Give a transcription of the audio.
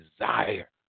desire